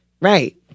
Right